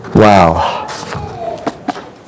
Wow